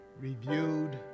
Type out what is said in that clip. reviewed